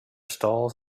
stalls